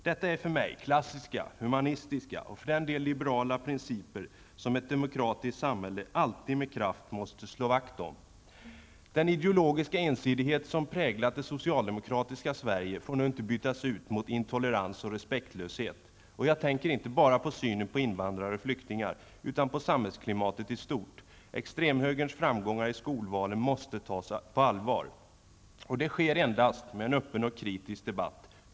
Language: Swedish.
Detta är för mig klassiska, humanistiska -- och för den delen liberala -- principer som ett demokratiskt samhälle alltid med kraft måste slå vakt om. Den ideologiska ensidighet som präglat det socialdemokratiska Sverige får nu inte bytas ut mot intolerans och respektlöshet. Och jag tänker inte bara på synen på invandrare och flyktingar utan på samhällsklimatet i stort. Extremhögerns framgångar i skolvalen måste tas på allvar. Det sker endast med en öppen och kritisk debatt.